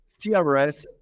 CRS